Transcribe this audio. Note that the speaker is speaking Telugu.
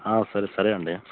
సరే సరే అండి